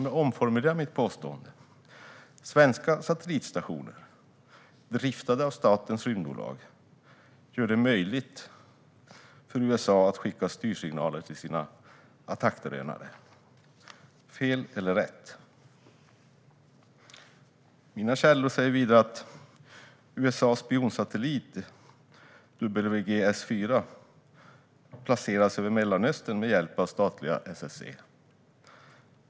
Jag omformulerar mitt påstående: Svenska satellitstationer, driftade av statens rymdbolag, gör det möjligt för USA att skicka styrsignaler till sina attackdrönare. Fel eller rätt? Mina källor säger vidare att USA:s spionsatellit WGS4 placerades över Mellanöstern med hjälp av statliga SSC.